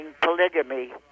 polygamy